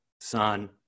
Son